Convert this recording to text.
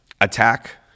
attack